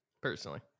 personally